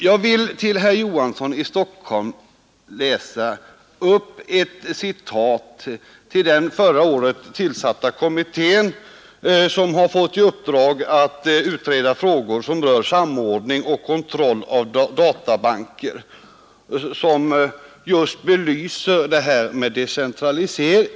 Jag skall läsa upp ett citat för herr Olof Johansson i Stockholm från direktiven för den förra året tillsatta kommittén som fått i uppdrag att utreda frågor som rör samordning och kontroll av databanker. Citatet belyser just det här med decentralisering.